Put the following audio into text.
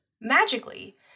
Magically